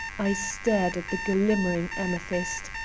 i stared at the glimmering amethyst,